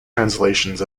translations